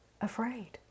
afraid